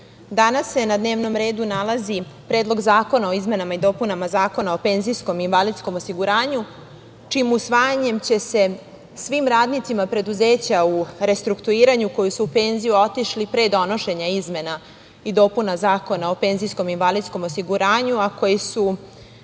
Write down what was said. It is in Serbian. danas se na dnevnom redu nalazi Predlog zakona o izmenama i dopunama Zakona o penzijskom i invalidskom osiguranju, čijim usvajanjem će se svim radnicima preduzeća u restrukturiranju koji su u penziju otišli pre donošenja izmena i dopuna Zakona o penzijskom i invalidskom osiguranju, a koji su